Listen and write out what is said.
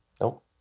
Nope